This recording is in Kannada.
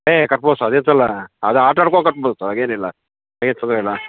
ಏ ಕಟ್ಬೋದು ಸರ್ ಅದು ಆರು ಸಾವಿರ ರೂಪಾಯಿ ಕಟ್ಬೋದು ಸರ್ ಅದೇನಿಲ್ಲ ಏನೂ ತೊಂದರೆ ಇಲ್ಲ